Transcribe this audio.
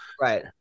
right